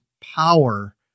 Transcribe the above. power